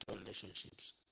relationships